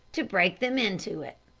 to break them in to it.